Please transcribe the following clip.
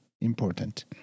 important